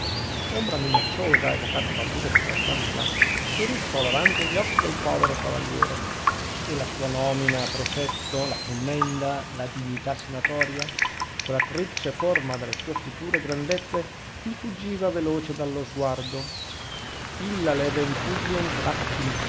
l'ombra minacciosa evocata dal duca di francavilla si rizzò davanti agli occhi del povero cavaliere e la sua nomina a prefetto la commenda la dignità senatoria quella triplice forma delle sue future grandezze gli fuggiva veloce dallo sguardo illa levem fugiens